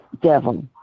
Devil